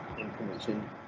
information